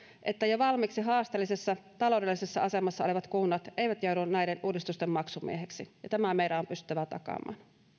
että jo valmiiksi haasteellisessa taloudellisessa asemassa olevat kunnat eivät joudu näiden uudistusten maksumieheksi ja tämä meidän on pystyttävä takaamaan